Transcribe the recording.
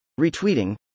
retweeting